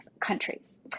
countries